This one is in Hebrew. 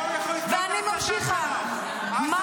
אני ממשיך את הזמן.